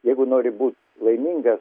jeigu nori būt laimingas